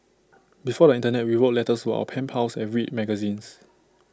before the Internet we wrote letters our pen pals and read magazines